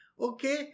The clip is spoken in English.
Okay